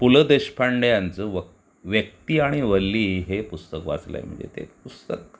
पुलं देशपांडे यांच वक व्यक्ती आणि वल्ली हे पुस्तक वाचलं आहे म्हणजे ते पुस्तक